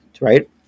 right